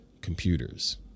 computers